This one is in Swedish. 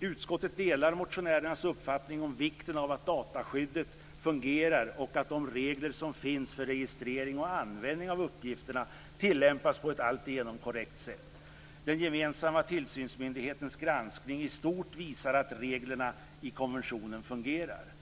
Utskottet delar motionärens uppfattning om vikten av att dataskyddet fungerar och att de regler som finns för registrering och användning av uppgifterna tillämpas på ett alltigenom korrekt sätt. Den gemensamma tillsynsmyndighetens granskning i stort visar att reglerna i konventionen fungerar.